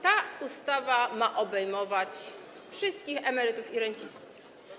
Ta ustawa ma obejmować wszystkich emerytów i rencistów.